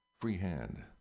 Freehand